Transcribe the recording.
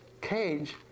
cage